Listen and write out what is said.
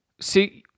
See